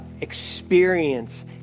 experience